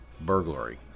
burglary